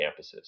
campuses